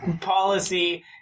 policy